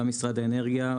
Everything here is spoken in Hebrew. משרד האנרגיה,